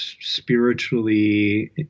spiritually